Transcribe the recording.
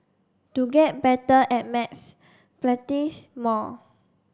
to get better at maths practise more